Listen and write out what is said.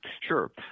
Sure